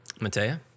Matea